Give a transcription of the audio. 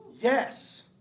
Yes